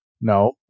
No